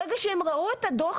ברגע שהם ראו את הדוח